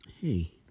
Hey